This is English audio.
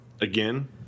Again